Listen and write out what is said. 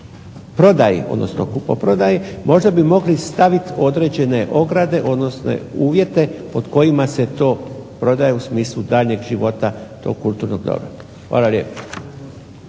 odnosno kupoprodaji možda bi stavit određene ograde, odnosno uvjete pod kojima se to prodaje u smislu daljnjeg života tog kulturnog dobra. Hvala lijepa.